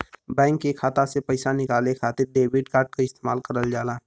bank के खाता से पइसा निकाले खातिर डेबिट कार्ड क इस्तेमाल करल जाला